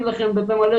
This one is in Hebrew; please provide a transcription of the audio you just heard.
בגבייה.